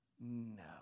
No